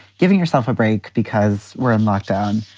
giving yourself a break because we're in lockdown